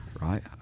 right